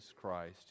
Christ